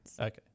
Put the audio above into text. Okay